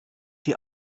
die